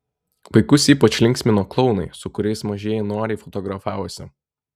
vaikus ypač linksmino klounai su kuriais mažieji noriai fotografavosi